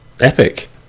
epic